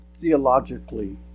theologically